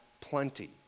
plenty